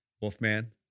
Wolfman